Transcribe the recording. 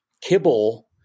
kibble